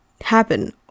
happen